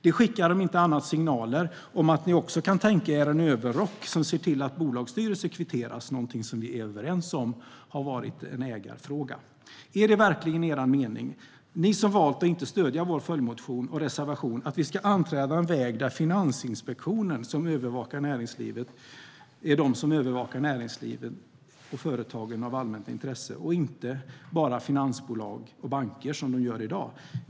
Det skickar om inte annat signaler om att ni också kan tänka er en överrock som ser till att bolagsstyrelser kvoteras, som är något vi har varit överens om är en ägarfråga. Ni som valt att inte stödja vår följdmotion och reservation, är det verkligen er mening att vi ska anträda en väg där det är Finansinspektionen som övervakar näringslivet och företagen av allmänt intresse, och inte bara finansbolag och banker, som sker i dag?